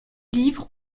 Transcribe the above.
livre